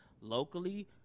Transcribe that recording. locally